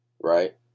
right